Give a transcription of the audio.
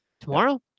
Tomorrow